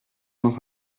dans